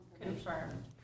confirmed